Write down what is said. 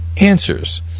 Answers